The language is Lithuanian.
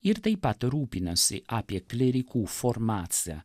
ir taip pat rūpinasi apie klierikų formaciją